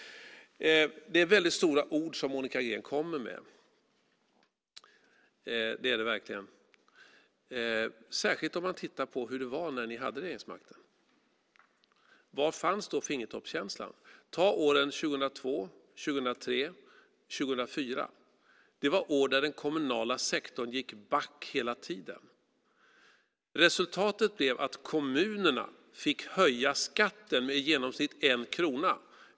Det är väldigt stora ord som Monica Green kommer med, det är det verkligen, särskilt när man tittar på hur det var när ni hade regeringsmakten. Var fanns fingertoppskänslan då? Ta åren 2002, 2003 och 2004 - det var år då den kommunala sektorn gick back hela tiden. Resultatet blev att kommunerna fick höja skatten med i genomsnitt en krona.